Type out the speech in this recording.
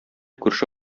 күрше